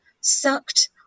sucked